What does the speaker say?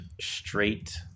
straight